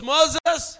Moses